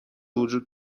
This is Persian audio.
وجود